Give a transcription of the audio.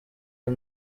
the